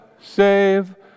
save